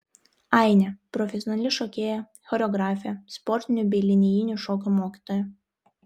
ainė profesionali šokėja choreografė sportinių bei linijinių šokių mokytoja